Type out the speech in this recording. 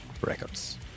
Records